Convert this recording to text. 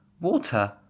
water